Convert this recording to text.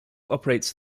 operates